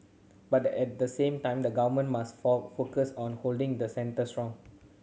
but at the same time the Government must for focus on holding the centre strong